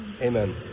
Amen